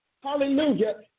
hallelujah